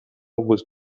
was